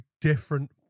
different